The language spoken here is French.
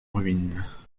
ruines